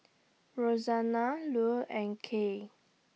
Rosanna Lou and Kay